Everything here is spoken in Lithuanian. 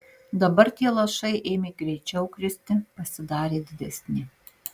dabar tie lašai ėmė greičiau kristi pasidarė didesni